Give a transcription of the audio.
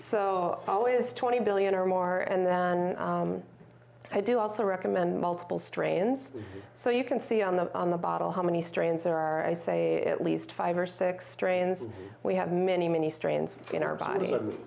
so always twenty billion or more and then i do also recommend multiple strains so you can see on the on the bottle how many strains there are i say at least five or six strains we have many many strains in our body